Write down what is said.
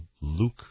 Luke